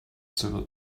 silver